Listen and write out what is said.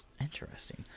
Interesting